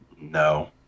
No